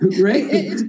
right